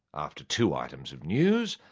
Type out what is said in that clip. after two items of news,